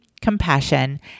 compassion